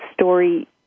story